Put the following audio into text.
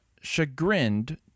chagrined